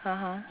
(uh huh)